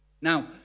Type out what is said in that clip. Now